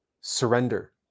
surrender